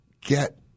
get